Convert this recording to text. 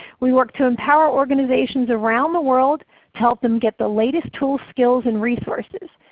we work to empower organizations around the world to help them get the latest tools, skills, and resources.